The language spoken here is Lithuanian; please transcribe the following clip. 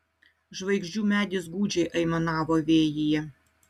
žvaigždžių medis gūdžiai aimanavo vėjyje